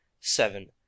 seven